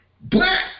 Black